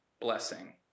Blessing